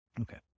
Okay